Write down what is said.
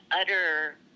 utter